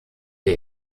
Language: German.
der